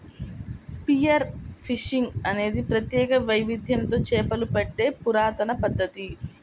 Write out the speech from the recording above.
spear fishing అనేది ప్రత్యేక వైవిధ్యంతో చేపలు పట్టే పురాతన పద్ధతి